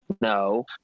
No